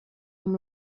amb